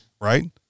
right